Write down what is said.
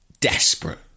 desperate